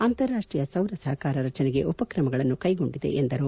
ಅಂತಾರಾಷ್ಟೀಯ ಸೌರ ಸಹಕಾರ ರಚನೆಗೆ ಉಪಕ್ರಮಗಳನ್ನು ಕೈಗೊಂಡಿದೆ ಎಂದರು